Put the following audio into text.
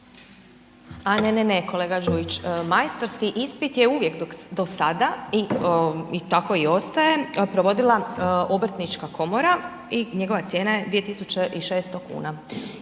A ne, ne, kolega Đujić, majstorski ispit je uvijek do sada i tako ostaje, provodila obrtnička komora i njegova cijena je 2600 kuna